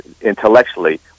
intellectually